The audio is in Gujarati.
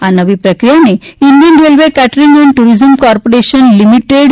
આ નવી પ્રક્રિયાને Indian railway catering and tourism corporation limited I